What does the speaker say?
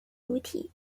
主体